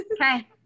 Okay